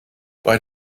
bei